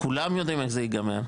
כולם יודעים איך זה ייגמר,